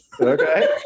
Okay